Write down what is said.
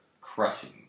crushing